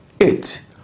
eight